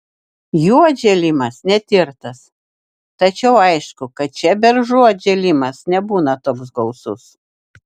jų atžėlimas netirtas tačiau aišku kad čia beržų atžėlimas nebūna toks gausus